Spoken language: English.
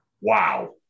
Wow